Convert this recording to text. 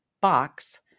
box